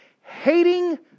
hating